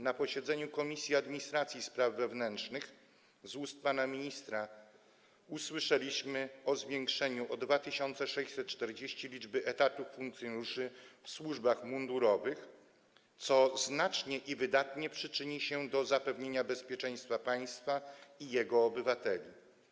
Na posiedzeniu Komisji Administracji i Spraw Wewnętrznych z ust pana ministra usłyszeliśmy o zwiększeniu o 2640 liczby etatów funkcjonariuszy w służbach mundurowych, co znacznie i wydatnie przyczyni się do zapewnienia bezpieczeństwa państwa i jego obywateli.